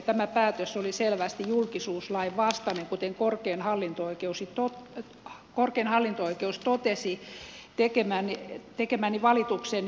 tämä päätös oli selvästi julkisuuslain vastainen kuten korkein hallinto oikeus totesi tekemäni valituksen johdosta